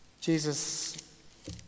Jesus